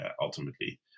ultimately